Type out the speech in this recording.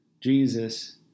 Jesus